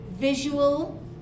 visual